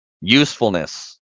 usefulness